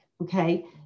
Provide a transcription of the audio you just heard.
okay